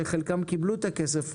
שחלקן קיבלו את הכסף,